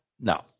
No